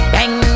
Bang